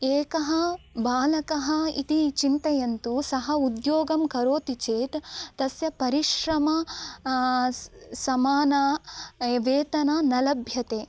एकः बालकः इति चिन्तयन्तु सः उद्योगं करोति चेत् तस्य परिश्रमं स् समानं वेतनं न लभ्यते